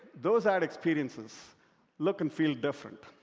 those ad experiences look and feel different.